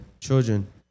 children